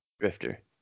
Drifter